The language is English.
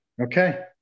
Okay